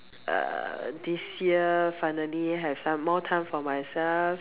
err this year finally have some more time for myself